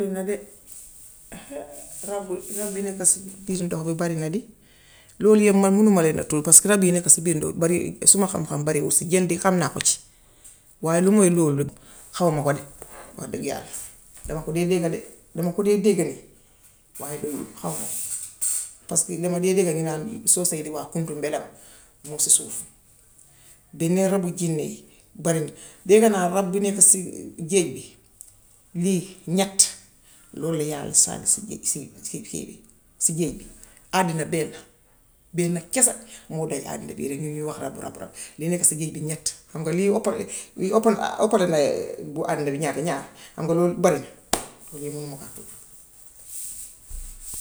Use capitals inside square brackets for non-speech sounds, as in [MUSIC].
Bari na de [UNINTELLIGIBLE] rab rab wi nekk si biir ndox mi bari na di. Loolu yépp man mënuma leen a tuddu paska rab yi nekka si biir ndoh bari suma xam-xam bariwu si; jën di xam naa ko si. Waaye lu mooy loolu di xam wa ko de wax dëgg yàlla. Dama ko dee dégg de dama ko dee dégg de waaye dey xaw ma ko paska dama dee dégg ñu naan, soose yi di naan kuntu mbelan muŋ si suuf. Dañ dee rëbb jinne yi. Dégg naa rab bi nekk si [HESITATION] géej gi lii ñett. Lool la yàlla si géej gi si si kii géej gi àddina benna. Benna kese moo doy àddina bi ñun ñuy wax rab rab rab. Li nekk si géej gi ñett. Xam nga lii oppo na [HESITATION] oppo na la [HESITATION] bu àddina bi ñaata ñaar. Xam nga loolu la bari na. Yooyu mënuma kaa tuddu.